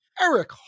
Eric